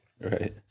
right